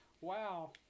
Wow